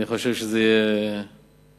אני חושב שזה יהיה נכון